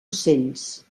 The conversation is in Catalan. ocells